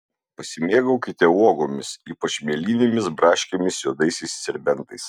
pasimėgaukite uogomis ypač mėlynėmis braškėmis juodaisiais serbentais